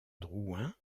drouin